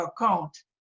account